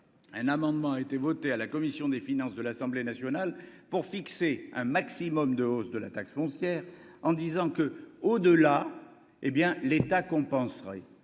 un amendement a été voté à la commission des finances de l'Assemblée nationale pour fixer un maximum de hausse de la taxe foncière en disant que, au de là, hé bien l'État compenserait